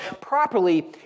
Properly